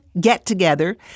get-together